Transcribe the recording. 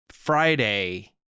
Friday